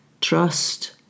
Trust